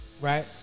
Right